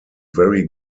very